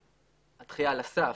דחייה על הסף,